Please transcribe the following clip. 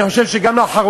אני חושב שלאחרונה,